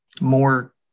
more